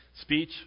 speech